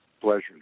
pleasure